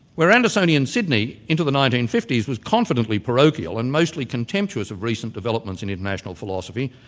where andersonian sydney into the nineteen fifty s was confidently parochial and mostly contemptuous of recent developments in international philosophy,